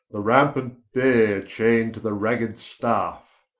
the rampant beare chain'd to the ragged staffe,